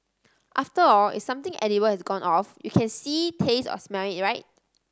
after all if something edible has gone off you can see taste or smell it right